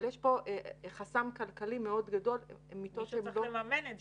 אבל יש פה חסם כלכלי מאוד גדול --- מישהו צריך לממן את זה.